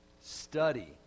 study